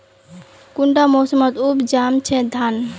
कुंडा मोसमोत उपजाम छै धान?